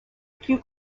plus